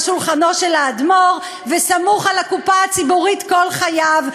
שולחנו של האדמו"ר וסמוך על הקופה הציבורית כל חייו.